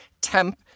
temp